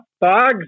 Bugs